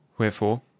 wherefore